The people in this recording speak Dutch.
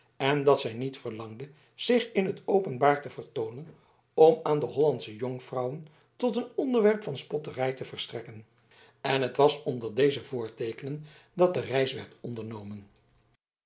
en dat zij niet verlangde zich in t openbaar te vertoonen om aan de hollandsche jonkvrouwen tot een voorwerp van spotternij te verstrekken en het was onder deze voorteekenen dat de reis werd ondernomen